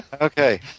Okay